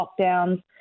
lockdowns